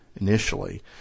initially